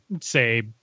say